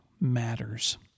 matters